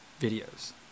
videos